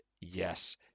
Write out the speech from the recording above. yes